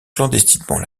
clandestinement